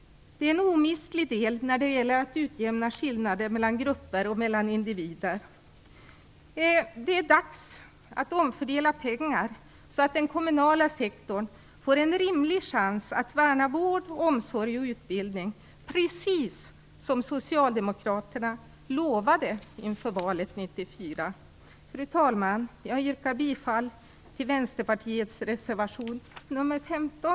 Det är en omistlig del när det gäller att utjämna skillnader mellan grupper och mellan individer. Det är dags att omfördela pengar så att den kommunala sektorn får en rimlig chans att värna vård, omsorg och utbildning, precis som Socialdemokraterna lovade inför valet 1994. Fru talman! Jag yrkar bifall till Vänsterpartiets reservation nr 15.